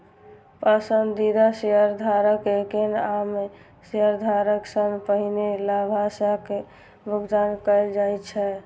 पसंदीदा शेयरधारक कें आम शेयरधारक सं पहिने लाभांशक भुगतान कैल जाइ छै